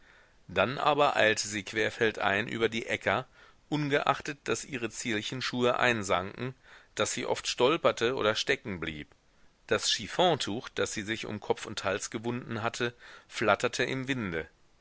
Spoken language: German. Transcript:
dann aber eilte sie querfeldein über die äcker ungeachtet daß ihre zierlichen schuhe einsanken daß sie oft stolperte oder stecken blieb das chiffontuch das sie sich um kopf und hals gewunden hatte flatterte im winde